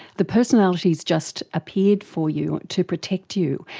the personalities just appeared for you to protect you.